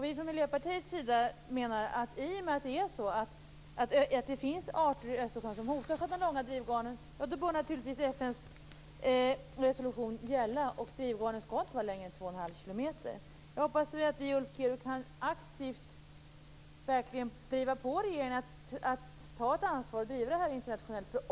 Vi från Miljöpartiets sida menar att eftersom det finns arter i Östersjön som hotas av de långa drivgarnen bör FN:s resolution naturligtvis gälla och drivgarnen inte vara längre än 2,5 km. Jag hoppas, Ulf Kero, att vi aktivt kan driva på regeringen att ta ett ansvar och driva det här internationellt.